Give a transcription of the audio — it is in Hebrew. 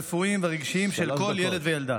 הרפואיים והרגשיים של כל ילד וילדה.